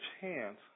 chance